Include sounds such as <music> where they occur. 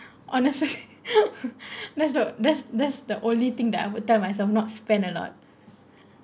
honestly <laughs> that's the that's that's the only thing that I would tell myself not spend a lot